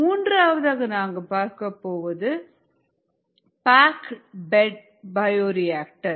மூன்றாவதாக நாம் பார்க்கப்போவது பாக்ட் பெட் பயோரிஆக்டர்